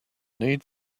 need